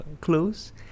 close